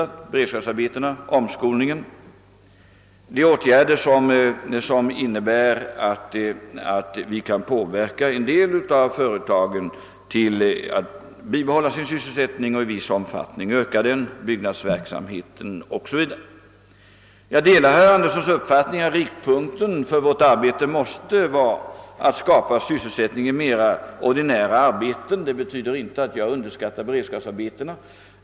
Det gäller beredskapsarbetena, omskolningsverksamheten och åtgärderna i syfte att påverka en del av företagen att bibehålla och i viss omfattning öka sin sysselsättning, det gäller byggnadsverksamheten o.s.v. Jag delar herr Anderssons i Luleå uppfattning att riktpunkten för vårt arbete måste vara att skapa sysselsättning i mera ordinära arbeten. Detta betyder inte att jag underskattar beredskapsarbetena.